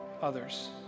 others